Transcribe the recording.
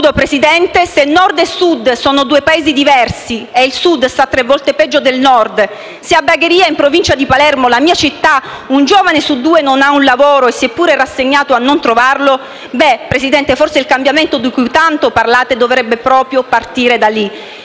meridionale, se Nord e Sud sono due Paesi diversi e il Sud sta tre volte peggio del Nord, se a Bagheria, in Provincia di Palermo, la mia città, un giovane su due non ha un lavoro e si è pure rassegnato a non trovarlo, beh, presidente Conte, forse il cambiamento di cui tanto parlate dovrebbe proprio partire da lì.